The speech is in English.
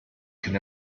can